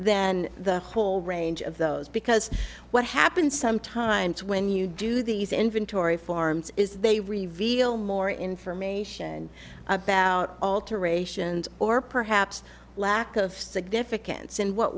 than the whole range of those because what happens sometimes when you do these inventory farms is they reveal more information about alterations or perhaps lack of significance in what